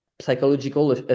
psychological